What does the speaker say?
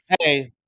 Hey